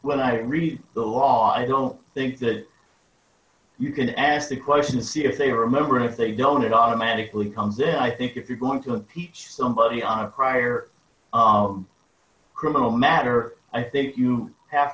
when i read the law i don't think that you can ask the question see if they remember if they don't it automatically comes in i think if you're going to impeach somebody on a prior criminal matter i think you have